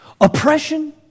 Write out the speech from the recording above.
Oppression